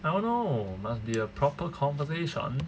I don't know must be a proper conversation